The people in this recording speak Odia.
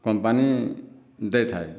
କମ୍ପାନୀ ଦେଇଥାଏ